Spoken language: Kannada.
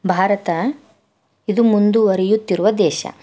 ಭಾರತ ಇದು ಮುಂದುವರೆಯುತ್ತಿರುವ ದೇಶ